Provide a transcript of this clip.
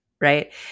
Right